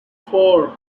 four